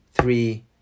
three